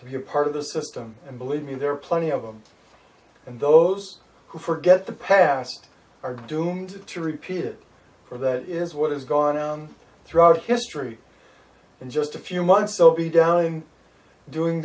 to be part of the system and believe me there are plenty of them and those who forget the past are doomed to repeat it or that is what has gone on throughout history in just a few months so be down in doing